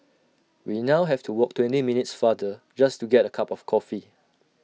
we now have to walk twenty minutes farther just to get A cup of coffee